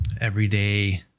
everyday